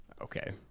okay